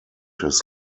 his